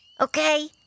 Okay